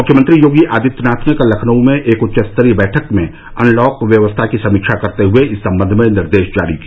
मुख्यमंत्री योगी आदित्यनाथ ने लखनऊ में कल एक उच्च स्तरीय बैठक में अनलॉक व्यवस्था की समीक्षा करते हुए इस सम्बंध में निर्देश जारी किया